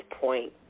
point